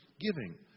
giving